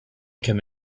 come